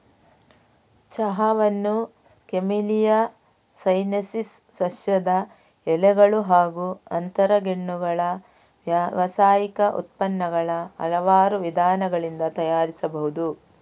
ಚಹಾವನ್ನು Camellia sinensis ಸಸ್ಯದ ಎಲೆಗಳು ಹಾಗೂ ಅಂತರಗೆಣ್ಣುಗಳ ವ್ಯಾವಸಾಯಿಕ ಉತ್ಪನ್ನಗಳ ಹಲವಾರು ವಿಧಾನಗಳಿಂದ ತಯಾರಿಸಬಹುದು